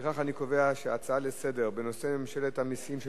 לפיכך אני קובע שההצעה לסדר-היום בנושא: ממשלת המסים של